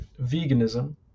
veganism